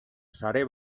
sare